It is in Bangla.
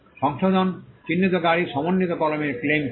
সংশোধন চিহ্নিতকারী সমন্বিত কলমের ক্লেম কী